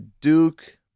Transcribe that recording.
Duke